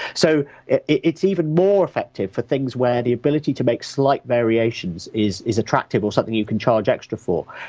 so it's even more effective for things where the ability to make slight variations is is attractive, or something you can charge extra for.